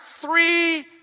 three